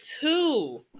two